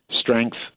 strength